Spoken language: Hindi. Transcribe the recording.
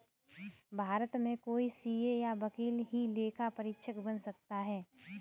भारत में कोई सीए या वकील ही लेखा परीक्षक बन सकता है